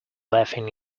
laughing